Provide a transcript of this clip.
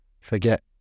forget